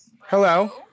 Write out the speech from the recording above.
Hello